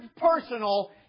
personal